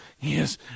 yes